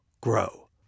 grow